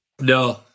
No